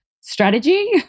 strategy